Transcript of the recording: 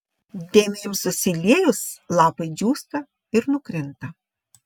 dėmėms susiliejus lapai džiūsta ir nukrinta